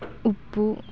ಉಪ್ಪು